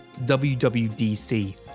WWDC